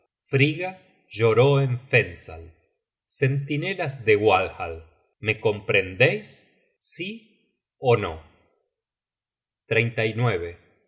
frigga lloró en fensal centinelas de walhall me comprendeis sí ó no